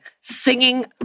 singing